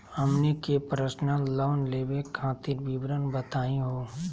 हमनी के personal loan लेवे खातीर विवरण बताही हो?